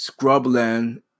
scrubland